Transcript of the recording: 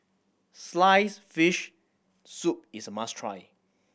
sliced fish soup is a must try